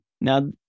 Now